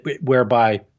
whereby